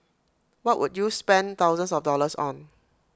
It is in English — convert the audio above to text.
what would you spend thousands of dollars on